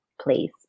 please